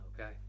Okay